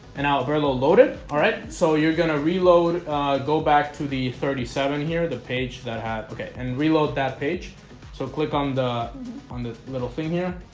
and our little loaded alright, so you're gonna reload go back to the thirty seven here the page that have okay and reload that page so click on the on the little thing here